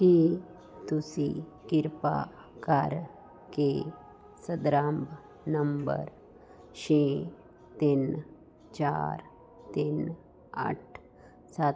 ਕੀ ਤੁਸੀਂ ਕਿਰਪਾ ਕਰਕੇ ਸੰਦਰਭ ਨੰਬਰ ਛੇ ਤਿੰਨ ਚਾਰ ਤਿੰਨ ਅੱਠ ਸੱਤ ਅੱਠ